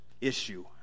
issue